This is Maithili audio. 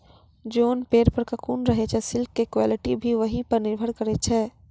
जोन पेड़ पर ककून रहै छे सिल्क के क्वालिटी भी वही पर निर्भर करै छै